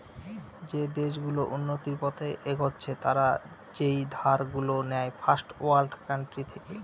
যে দেশ গুলো উন্নতির পথে এগচ্ছে তারা যেই ধার গুলো নেয় ফার্স্ট ওয়ার্ল্ড কান্ট্রি থেকে